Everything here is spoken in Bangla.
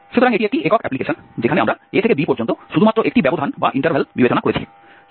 সুতরাং এটি একটি একক অ্যাপ্লিকেশন যেখানে আমরা a থেকে b পর্যন্ত শুধুমাত্র একটি ব্যবধান বিবেচনা করেছি